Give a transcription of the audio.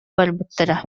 барбыттара